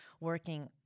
working